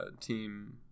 Team